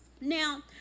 Now